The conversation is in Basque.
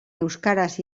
euskaraz